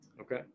Okay